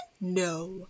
no